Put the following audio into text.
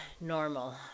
normal